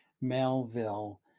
Melville